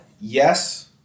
yes